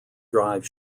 drive